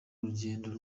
urugendo